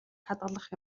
хадгалах